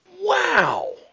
Wow